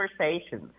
conversations